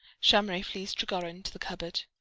shamraeff leads trigorin to the cupboard.